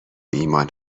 ایمان